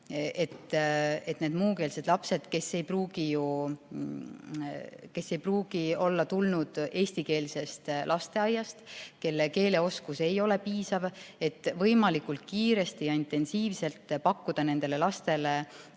et nendele muukeelsetele lastele, kes ei pruugi ju olla tulnud eestikeelsest lasteaiast ja kelle keeleoskus ei ole piisav, võimalikult kiiresti ja intensiivselt pakkuda eesti keele